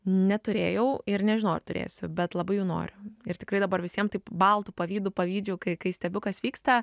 neturėjau ir nežinau ar turėsiu bet labai jų noriu ir tikrai dabar visiem taip baltu pavydu pavydžiu kai kai stebiu kas vyksta